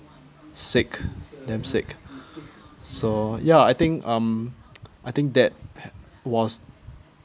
sick damn sick so ya I think um I think that was